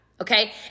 okay